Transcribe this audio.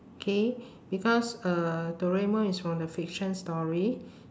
okay because uh doraemon is from the fiction story